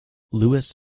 lewis